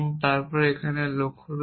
তাই এটি এখনও এই লক্ষ্যে রয়েছে